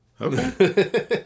okay